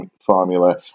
formula